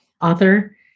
author